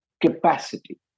capacity